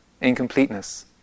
Incompleteness